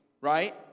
right